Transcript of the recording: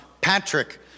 Patrick